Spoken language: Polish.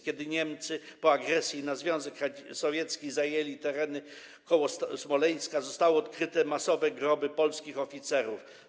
Kiedy Niemcy po agresji na Związek Sowiecki zajęli tereny koło Smoleńska, zostały odkryte masowe groby polskich oficerów.